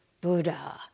Buddha